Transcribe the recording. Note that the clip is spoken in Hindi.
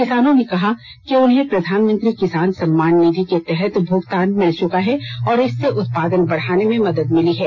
किसानों ने कहा कि उन्हें प्रधानमंत्री किसान सम्मान निधि के तहत भुगतान मिल चुका है और इससे उत्पादन बढ़ाने में मदद मिली है